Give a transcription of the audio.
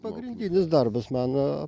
pagrindinis darbas mano